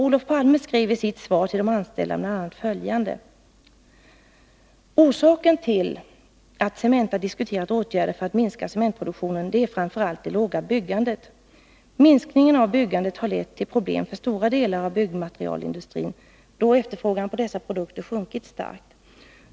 Olof Palme skrev i sitt svar till de anställda bl.a.: ”Orsaken till att Cementa diskuterat åtgärder för att minska cementproduktionen är framför allt det låga byggandet. Minskningen av byggandet har lett till problem för stora delar av byggmaterialindustrin, då efterfrågan på dessa produkter sjunkit starkt.